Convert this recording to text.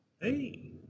Hey